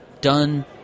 done